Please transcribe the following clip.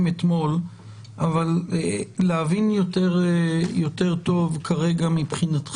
אתמול אבל אני רוצה להבין יותר טוב מבחינתכם